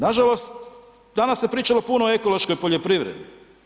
Nažalost, danas se pričalo puno o ekološkoj poljoprivredi.